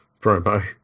promo